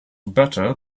better